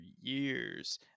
years